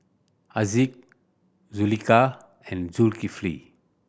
Haziq Zulaikha and Zulkifli